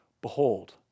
behold